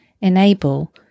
enable